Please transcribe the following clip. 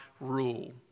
rule